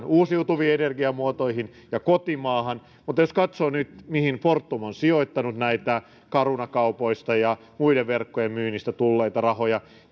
uusiutuviin energiamuotoihin ja kotimaahan mutta jos katsoo nyt mihin fortum on sijoittanut näitä caruna kaupoista ja muiden verkkojen myynnistä tulleita rahoja